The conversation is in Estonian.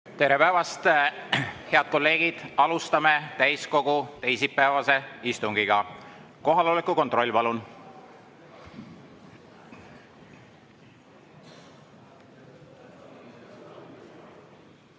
Tere päevast, head kolleegid! Alustame täiskogu teisipäevast istungit. Kohaloleku kontroll, palun!